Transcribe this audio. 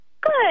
Good